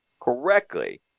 correctly